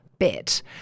bit